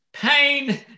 pain